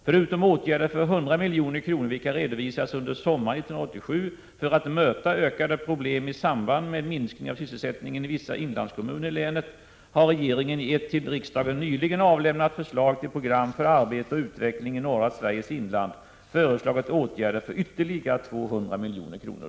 Förutom åtgärder för 100 milj.kr., vilka redovisades under sommaren 1987, för att möta ökade problem i samband med minskning av sysselsättning i vissa inlandskommuner i länet har regeringen i ett till riksdagen nyligen avlämnat förslag till program för arbete och utveckling i norra Sveriges inland föreslagit åtgärder för ytterligare 200 milj.kr.